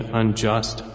unjust